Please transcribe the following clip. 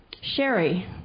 Sherry